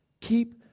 Keep